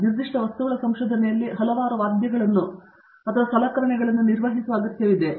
ಮತ್ತು ನಿರ್ದಿಷ್ಟವಾಗಿ ವಸ್ತುಗಳ ಸಂಶೋಧನೆಯಲ್ಲಿ ಹಲವಾರು ವಾದ್ಯಗಳನ್ನು ನಿರ್ವಹಿಸುವ ಅಗತ್ಯವಿದೆ